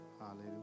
Hallelujah